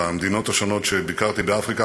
במדינות השונות שביקרתי באפריקה,